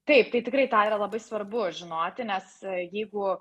taip tai tikrai tą yra labai svarbu žinoti nes jeigu